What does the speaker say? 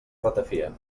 ratafia